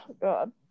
God